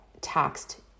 taxed